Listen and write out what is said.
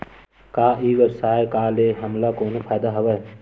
का ई व्यवसाय का ले हमला कोनो फ़ायदा हवय?